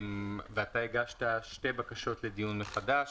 אתה הגשת שתי בקשות לדיון מחודש.